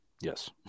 Yes